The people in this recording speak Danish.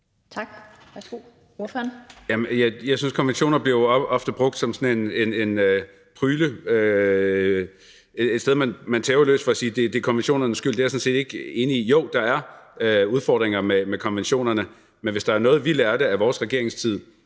Marcus Knuth (KF): Jeg synes jo, at konventioner ofte bliver brugt som noget, man tæver løs på, altså ved at sige, at det er konventionernes skyld. Det er jeg sådan set ikke enig i. Jo, der er udfordringer med konventionerne, men hvis der var noget, vi lærte af vores regeringstid,